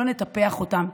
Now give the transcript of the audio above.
לא נטפח אותם,